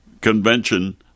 convention